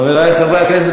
חברי חברי הכנסת,